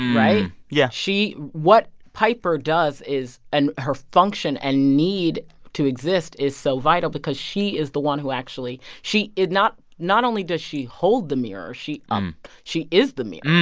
right? yeah she what piper does is and her function and need to exist is so vital because she is the one who actually she not not only does she hold the mirror, she um she is the mirror,